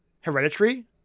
hereditary